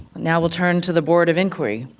now we'll turn to the board of inquiry.